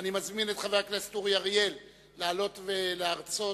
אני מזמין את חבר הכנסת אורי אריאל לעלות ולהרצות